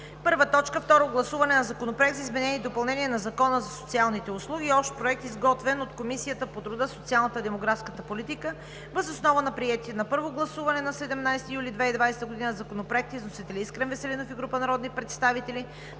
г.: „1. Второ гласуване на Законопроекта за изменение и допълнение на Закона за социалните услуги – Общ проект, изготвен от Комисията по труда, социалната и демографската политика въз основа на приетите на първо гласуване на 17 юли 2020 г. законопроекти с вносители: Искрен Веселинов и група народни представители,